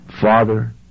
Father